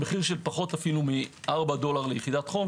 מחיר של פחות מ-4 דולר ליחידת חום.